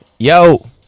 Yo